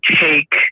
take